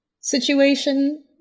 situation